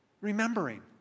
Remembering